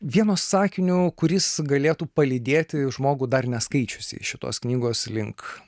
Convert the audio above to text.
vieno sakinio kuris galėtų palydėti žmogų dar neskaičiusį šitos knygos link